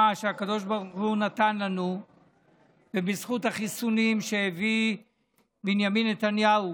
שהקדוש ברוך הוא נתן לנו ובזכות החיסונים שהביא בנימין נתניהו,